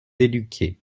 éduquer